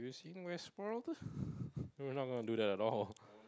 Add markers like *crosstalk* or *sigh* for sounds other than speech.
no we're not gonna do that at all *laughs*